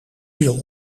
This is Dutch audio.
viel